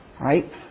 Right